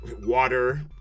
water